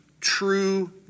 true